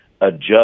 adjust